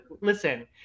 listen